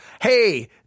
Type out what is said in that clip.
hey